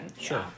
Sure